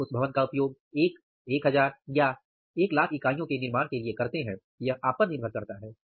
आप उस भवन का उपयोग एक 1000 या 100000 इकाइयों के निर्माण के लिए करते हैं यह आप पर निर्भर करता है